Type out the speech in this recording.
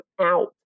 out